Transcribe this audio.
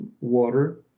water